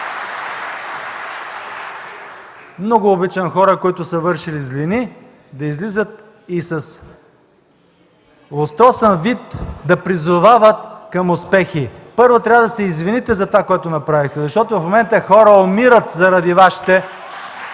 Много обичам хора, които са вършили злини да излизат и с лустросан вид да призовават към успехи. Първо трябва да се извините за това, което направихте, защото в момента хора умират заради Вашите